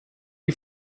you